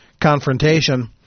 confrontation